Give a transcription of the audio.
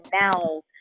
now